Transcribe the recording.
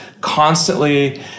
constantly